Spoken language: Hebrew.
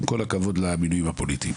עם כל הכבוד למינויים הפוליטיים,